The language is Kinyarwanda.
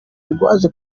rwaje